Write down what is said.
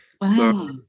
Wow